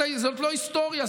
זאת לא היסטוריה,